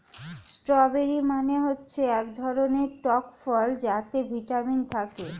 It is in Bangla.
স্ট্রবেরি মানে হচ্ছে এক ধরনের টক ফল যাতে ভিটামিন থাকে